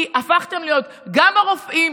כי הפכתם להיות גם הרופאים,